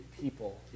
people